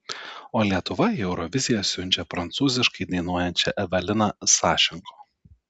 o lietuva į euroviziją siunčia prancūziškai dainuojančią eveliną sašenko